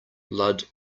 blood